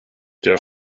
der